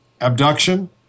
abduction